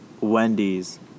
Wendy's